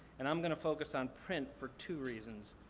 and i'm gonna focus on print for two reasons.